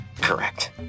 correct